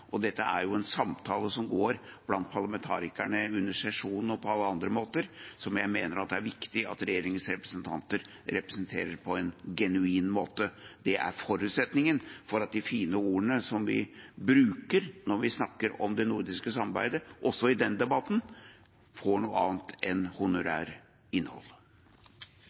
alle andre måter, som jeg mener det er viktig at regjeringens representanter representerer på en genuin måte. Det er forutsetningen for at de fine ordene som vi bruker når vi snakker om det nordiske samarbeidet, også i den debatten får noe annet enn honorært innhold.